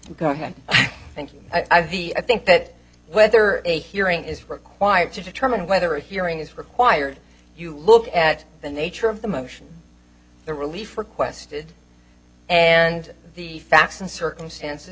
think i think that whether a hearing is required to determine whether a hearing is required you look at the nature of the motion the relief requested and the facts and circumstances